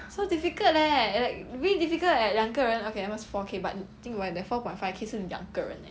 so difficult leh like really difficult eh 两个人 okay almost four K but think about that four point five K 是两个人 eh